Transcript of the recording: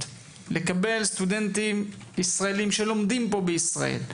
ולקבל סטודנטים ישראלים שלומדים פה בישראל.